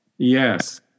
Yes